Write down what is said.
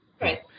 Right